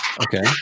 Okay